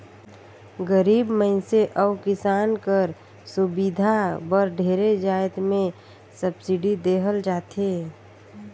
गरीब मइनसे अउ किसान कर सुबिधा बर ढेरे जाएत में सब्सिडी देहल जाथे